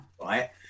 right